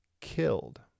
killed